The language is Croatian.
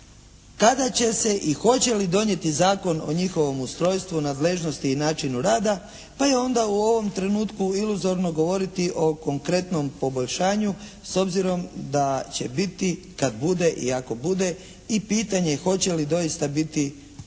kada će se i hoće li donijeti zakon o njihovom ustrojstvu, nadležnosti i načinu rada pa je onda u ovom trenutku iluzorno govoriti o konkretnom poboljšanju s obzirom da će biti kad bude i ako bude i pitanje hoće li doista biti stvarno